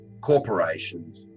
corporations